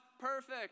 perfect